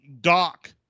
Doc